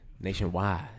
nationwide